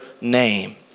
name